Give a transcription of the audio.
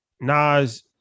Nas